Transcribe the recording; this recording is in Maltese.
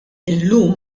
illum